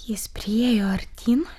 jis priėjo artyn